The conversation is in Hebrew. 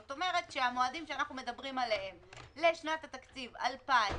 זאת אומרת שהמועדים שאנחנו מדברים עליהם לשנת התקציב 2020,